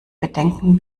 bedenken